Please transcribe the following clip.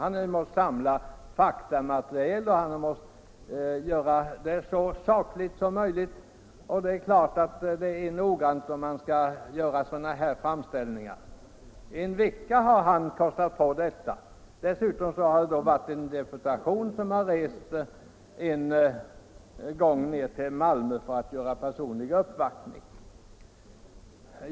Han har måst samla in fakta och försöka göra en så saklig bedömning som möjligt. Arbetet med sådana här framställningar måste ju göras med omsorg. Dessutom har en deputation rest ned till Malmö för att göra personlig uppvaktning.